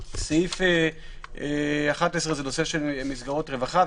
סעיף 11 מדבר על הנושא של מסגרות רווחה.